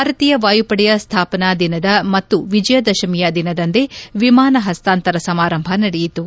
ಭಾರತೀಯ ವಾಯುಪಡೆಯ ಸ್ಥಾಪನಾ ದಿನ ಮತ್ತು ವಿಜಯದಶಮಿಯ ದಿನದಂದೇ ವಿಮಾನ ಹಸ್ತಾಂತರ ಸಮಾರಂಭ ನಡೆಯಿತು